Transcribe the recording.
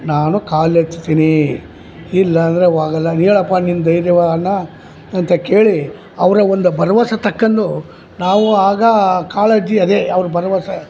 ನಾನು ಕಾಲು ಎತ್ತೀನಿ ಇಲ್ಲಾಂದರೆ ಹೋಗಲ್ಲ ನೀ ಹೇಳಪ್ಪ ನಿನ್ನ ಧೈರ್ಯವ ಅಣ್ಣ ಅಂತ ಕೇಳಿ ಅವರ ಒಂದು ಭರವಸೆ ತಕ್ಕಂಡು ನಾವು ಆಗ ಕಾಳಜಿ ಅದೇ ಅವ್ರ ಭರವಸೆ